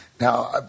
Now